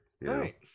Right